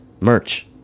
Merch